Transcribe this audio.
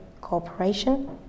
Cooperation